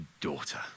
daughter